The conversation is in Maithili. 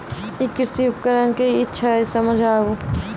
ई कृषि उपकरण कि छियै समझाऊ?